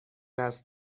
است